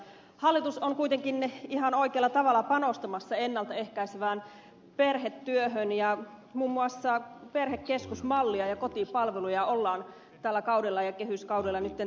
hallitus on kuitenkin ihan oikealla tavalla panostamassa ennalta ehkäisevään perhetyöhön ja muun muassa perhekeskusmallia ja kotipalveluja ollaan tällä kaudella ja kehyskaudella nyt tehostamassa